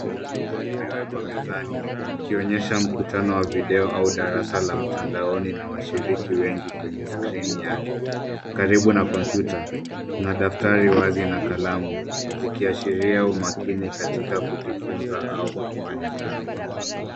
Picha ndogo imewekwa mezani ikionyesha mkutano wa video au darasa la mtandaoni na wanashiriki wengi kwenye skrini yake. Karibu na kompyuta, kuna daftari wazi na kalamu zikiashiria umakini makini katika kujifunza au kufanya kazi.